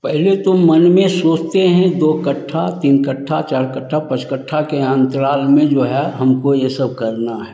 पहले तो मन में सोचते हैं दो कठ्ठा तीन कठ्ठा चार कठ्ठा पच कठ्ठा के अंतराल में जो है हमको ये सब करना है